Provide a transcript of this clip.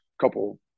couple